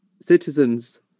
citizens